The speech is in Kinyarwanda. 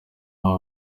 n’aba